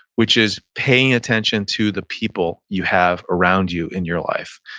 which is paying attention to the people you have around you in your life.